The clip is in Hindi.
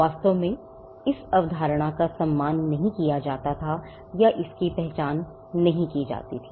वास्तव में वे इस अवधारणा का सम्मान नहीं करते थे या इसकी पहचान नहीं करते थे